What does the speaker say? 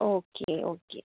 okay okay